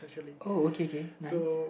oh okay okay nice